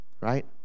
Right